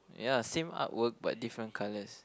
ya same art work but different colors